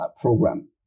program